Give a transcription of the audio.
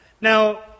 Now